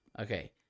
Okay